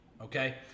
Okay